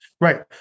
Right